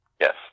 Yes